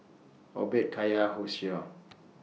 Obed Kaya Hosea